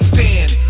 Stand